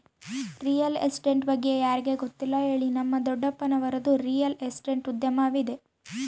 real estate ಬಗ್ಗೆ ಯಾರಿಗೆ ಗೊತ್ತಿಲ್ಲ ಹೇಳಿ, ನಮ್ಮ ದೊಡ್ಡಪ್ಪನವರದ್ದು ರಿಯಲ್ ಎಸ್ಟೇಟ್ ಉದ್ಯಮವಿದೆ